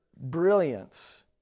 brilliance